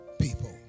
people